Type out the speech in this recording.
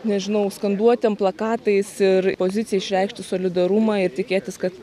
nežinau skanduotėm plakatais ir pozicija išreikšti solidarumą ir tikėtis kad